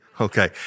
okay